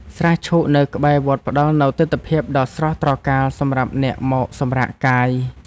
ស្រះឈូកនៅក្បែរវត្ត ផ្តល់នូវទិដ្ឋភាពដ៏ស្រស់ត្រកាលសម្រាប់អ្នកមកសម្រាកកាយ។